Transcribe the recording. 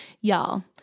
Y'all